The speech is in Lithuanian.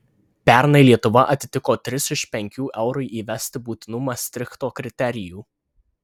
pernai lietuva atitiko tris iš penkių eurui įsivesti būtinų mastrichto kriterijų